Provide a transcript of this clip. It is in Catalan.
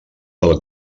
del